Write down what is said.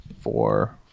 four